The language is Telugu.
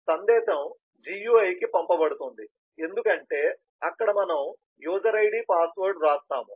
సందేశం GUI కి పంపబడుతుంది ఎందుకంటే అక్కడే మనం యూజర్ ఐడి పాస్వర్డ్ వ్రాస్తాము